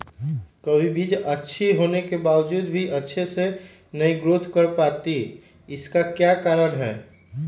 कभी बीज अच्छी होने के बावजूद भी अच्छे से नहीं ग्रोथ कर पाती इसका क्या कारण है?